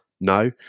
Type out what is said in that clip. No